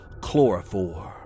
Chloroform